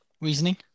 reasoning